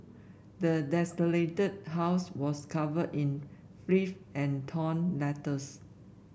the desolated house was covered in filth and torn letters